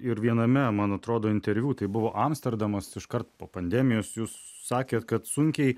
ir viename man atrodo interviu tai buvo amsterdamas iškart po pandemijos jūs sakėt kad sunkiai